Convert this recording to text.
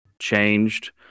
changed